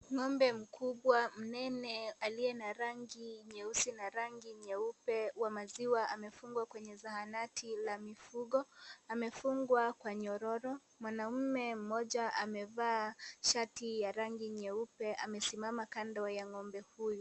Ng'ombe mkubwa mnene aliye na rangi nyeusi na rangi nyeupe wa maziwa amefungwa kwenye zahanati la mifugo, amefungwa kwa nyororo. Mwanaume mmoja amevaa shati ya rangi nyeupe amesimama kando ya ng'ombe huyo.